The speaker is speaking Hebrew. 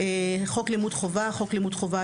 ""חוק לימוד חובה" חוק לימוד חובה,